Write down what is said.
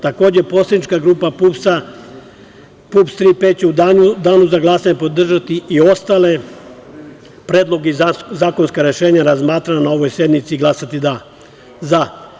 Takođe, poslanička grupa PUPS – „Tri P“ će u danu za glasanje podržati i ostale predloge i zakonska rešenja razmatrana na ovoj sednici i glasati za.